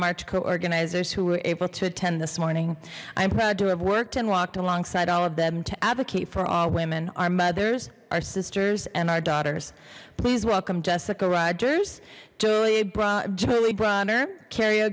marco organizers who were able to attend this morning i'm proud to have worked and walked alongside all of them to advocate for all women our mothers our sisters and our daughters please welcome jessica rogers julia bra julie bronner carr